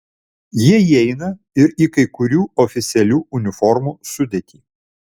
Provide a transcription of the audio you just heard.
jie įeina ir į kai kurių oficialių uniformų sudėtį